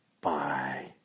Bye